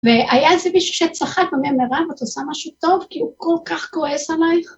‫והיה זה מישהו שצחק במהמרה ‫ואתה עושה משהו טוב? ‫כי הוא כל כך כועס עלייך?